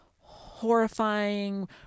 horrifying